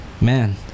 Man